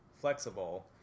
flexible